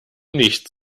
nicht